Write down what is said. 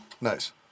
Nice